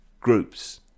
groups